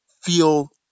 feel